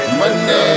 money